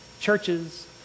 churches